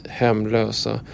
hemlösa